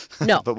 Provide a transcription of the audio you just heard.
No